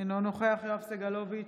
אינו נוכח יואב סגלוביץ'